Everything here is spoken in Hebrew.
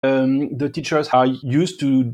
The teachers are used to...